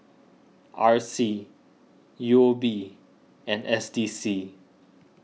R C U O B and S D C